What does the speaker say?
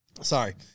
sorry –